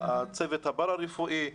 הצוות הפרה-רפואי.